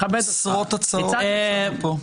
עשרות הצעות הצענו פה.